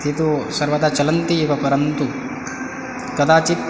ते तु सर्वदा चलन्ति एव परन्तु कदाचित्